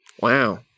wow